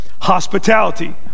hospitality